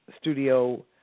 studio